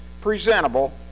presentable